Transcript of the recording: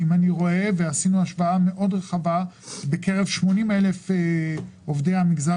עשינו השוואה מאוד רחבה בקרב 80,000 עובדי המגזר